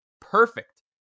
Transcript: perfect